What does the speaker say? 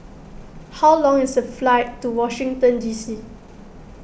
how long is the flight to Washington D C